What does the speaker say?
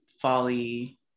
folly